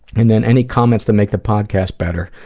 and then any comments to make the podcast better.